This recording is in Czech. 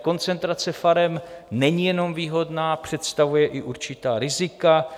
Koncentrace farem není jenom výhodná, představuje i určitá rizika.